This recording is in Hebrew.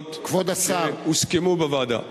המגבלות שהוסכמו בוועדה.